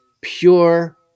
pure